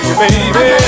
baby